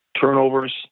turnovers